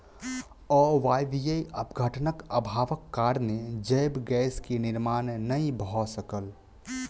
अवायवीय अपघटनक अभावक कारणेँ जैव गैस के निर्माण नै भअ सकल